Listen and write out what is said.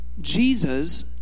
Jesus